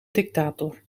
dictator